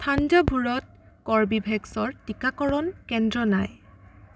থাঞ্জাভুৰত কৰ্বীভেক্সৰ টিকাকৰণ কেন্দ্ৰ নাই